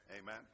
Amen